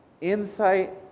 insight